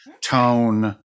Tone